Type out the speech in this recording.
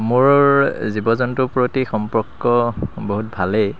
মোৰ জীৱ জন্তুৰ প্ৰতি সম্পৰ্ক বহুত ভালেই